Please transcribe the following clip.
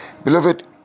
Beloved